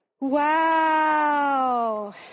Wow